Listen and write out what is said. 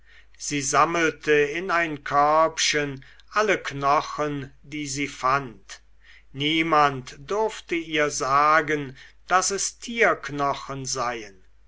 sie sammelte in ein körbchen alle knochen die sie fand niemand durfte ihr sagen daß es tierknochen seien